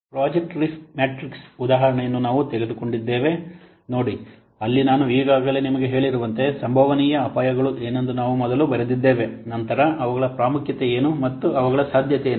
project risk matrix ನ ಉದಾಹರಣೆಯನ್ನು ನಾವು ತೆಗೆದುಕೊಂಡಿದ್ದೇವೆ ನೋಡಿ ಅಲ್ಲಿ ನಾನು ಈಗಾಗಲೇ ನಿಮಗೆ ಹೇಳಿರುವಂತೆ ಸಂಭವನೀಯ ಅಪಾಯಗಳು ಏನೆಂದು ನಾವು ಮೊದಲು ಬರೆದಿದ್ದೇವೆ ನಂತರ ಅವುಗಳ ಪ್ರಾಮುಖ್ಯತೆ ಏನು ಮತ್ತು ಅವುಗಳ ಸಾಧ್ಯತೆ ಏನು